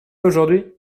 aujourd’hui